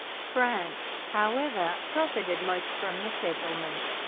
france, however, profited most from the settlement.